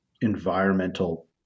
environmental